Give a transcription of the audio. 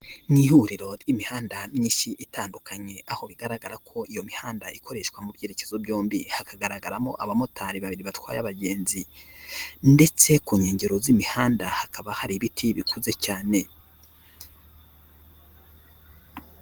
Ni ihuriro ry'imihanda myinshi itandukanye, aho bigaragara ko iyo mihanda ikoreshwa mu byerekezo byombi, hakagaragaramo abamotari babiri batwaye abagenzi ndetse ku nkengero z'imihanda hakaba hari ibiti bikuze cyane.